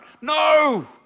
No